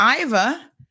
Iva